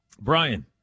Brian